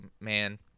man